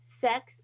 Sex